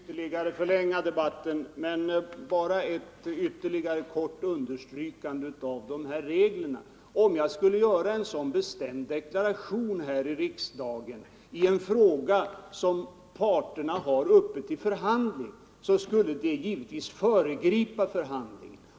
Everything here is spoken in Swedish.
Herr talman! Jag skall inte ytterligare förlänga debatten, men jag vill än en gång understryka att om jag skulle göra bestämda deklarationer här i riksdagen i en fråga som parterna har uppe till förhandling, skulle det givetvis föregripa förhandlingarna.